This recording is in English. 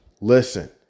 Listen